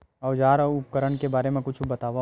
औजार अउ उपकरण के बारे मा कुछु बतावव?